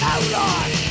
Outlaws